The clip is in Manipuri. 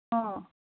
ꯑ